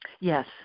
Yes